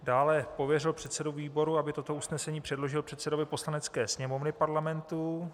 Dále pověřil předsedu výboru, aby toto usnesení předložil předsedovi Poslanecké sněmovny Parlamentu.